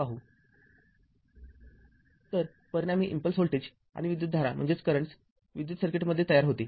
तर परिणामी impulsive voltage आणि विद्युतधारा विद्युत सर्किटमध्ये तयार होते